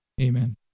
amen